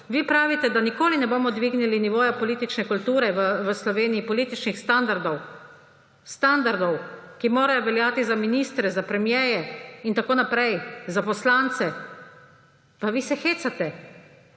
Vi pravite, da nikoli ne bomo dvignili nivoja politične kulture v Sloveniji, političnih standardov, standardov, ki morajo veljati za ministre pa premierje in tako naprej, za poslance. Pa vi se hecate.